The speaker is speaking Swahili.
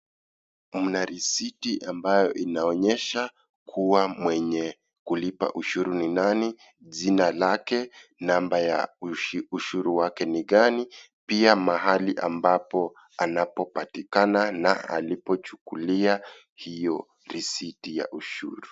Kuna risiti ambayo inaonyesha kuwa mwenye kulipa ushuru ni nani, jina lake, namba ya ushuru wake ni gani, pia mahali ambapo anapo patikana na alipochukulia hiyo risiti ya ushuru.